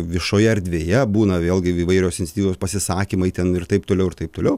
viešoje erdvėje būna vėlgi įvairios iniciatyvos pasisakymai ten ir taip toliau ir taip toliau